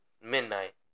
midnight